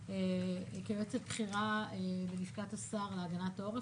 עזה; כיועצת בכירה בלשכת השר להגנת העורף,